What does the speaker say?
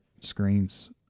screens